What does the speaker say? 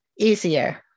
easier